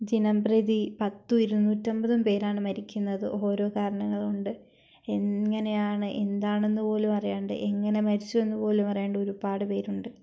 ദിനംപ്രതി പത്തും ഇരുന്നൂറ്റി അമ്പതും പേരാണ് മരിക്കുന്നത് ഓരോ കാരണങ്ങൾ കൊണ്ട് എങ്ങനെയാണ് എന്താണെന്നു പോലും അറിയാണ്ട് എങ്ങനെ മരിച്ചു എന്നുപോലും അറിയാണ്ട് ഒരുപാട് പേരുണ്ട്